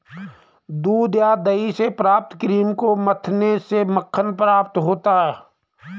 दूध या दही से प्राप्त क्रीम को मथने से मक्खन प्राप्त होता है?